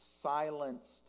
silenced